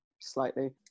slightly